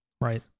right